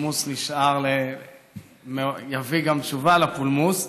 הפולמוס יביא גם תשובה לפולמוס,